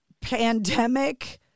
pandemic